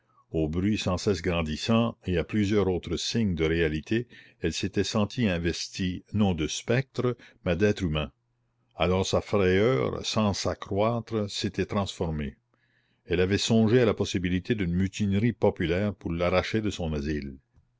au bruit sans cesse grandissant et à plusieurs autres signes de réalité elle s'était sentie investie non de spectres mais d'êtres humains alors sa frayeur sans s'accroître s'était transformée elle avait songé à la possibilité d'une mutinerie populaire pour l'arracher de son asile